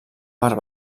part